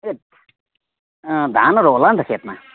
एत् धानहरू होला नि त खेतमा